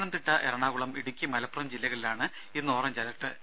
പത്തനംതിട്ട എറണാകുളം ഇടുക്കി മലപ്പുറം ജില്ലകളിലാണ് ഇന്ന് orange alert